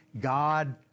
God